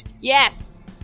yes